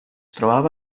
trobava